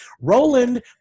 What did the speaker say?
Roland